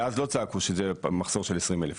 ואז לא צעקו שזה מחסור של 20 אלף.